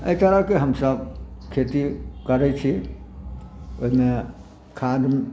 अएहि तरहके हमसब खेती करै छी ओहिमे खाद